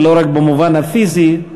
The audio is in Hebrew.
ולא רק במובן הפיזי,